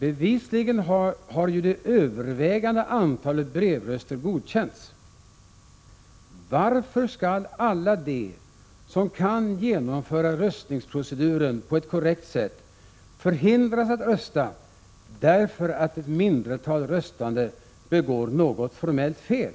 Bevisligen har ju det övervägande antalet brevröster godkänts. Varför skall alla de som kan genomföra röstningsproceduren på ett korrekt sätt förhindras att rösta därför att ett mindretal röstande begår något formellt fel?